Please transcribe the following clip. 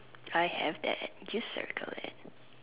I have that just circle it